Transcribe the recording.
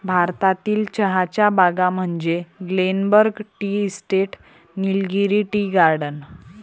भारतातील चहाच्या बागा म्हणजे Glenburn tea estate, Nilgiri tea garden